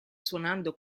suonando